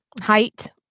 Height